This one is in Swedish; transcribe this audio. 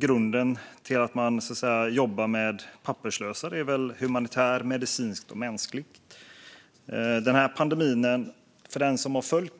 Grunden till att man jobbar med papperslösa är väl humanitär, medicinsk och mänsklig? Den som har följt